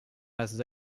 masses